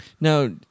Now